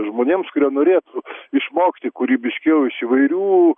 žmonėms kurie norėtų išmokti kūrybiškiau iš įvairių